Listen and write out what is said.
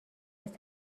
است